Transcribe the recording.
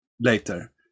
later